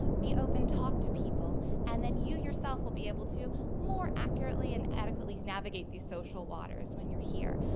be open, talk to people, and then you, yourself, will be able to more accurately and adequately navigate these social waters when you are here.